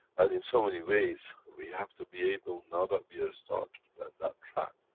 and, in so many ways, we have to be able, now, that we are start, then that track,